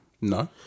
No